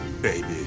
baby